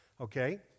Okay